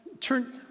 turn